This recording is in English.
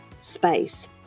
space